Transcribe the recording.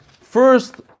First